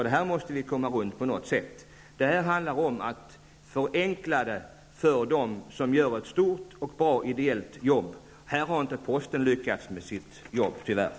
Det här måste vi komma runt på något sätt. Det handlar om att förenkla för dem som gör ett stort och bra idéellt arbete. Här har Posten tyvärr inte lyckats med sitt uppdrag.